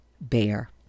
bear